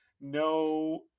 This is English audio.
no